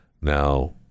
Now